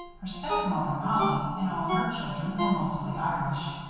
her stepmother, mollie, and all her children were mostly irish.